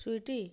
sweetie